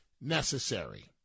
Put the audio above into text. necessary